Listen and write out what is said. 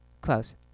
Close